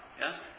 Yes